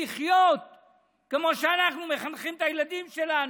לחיות כמו שאנחנו מחנכים את הילדים שלנו,